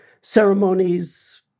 ceremonies